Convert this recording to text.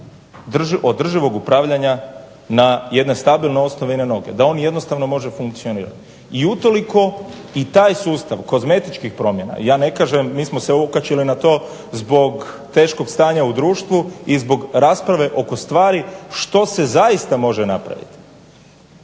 održivog upravljanja na jedne stabilne osnove i na noge, da on jednostavno može funkcionirati. I utoliko i taj sustav kozmetičkih promjena, ja ne kažem mi smo se okačili na to zbog teškog stanja u društvu i zbog rasprave oko stvari što se zaista može napraviti.